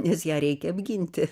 nes ją reikia apginti